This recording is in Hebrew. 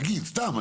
נגיד סתם,